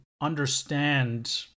understand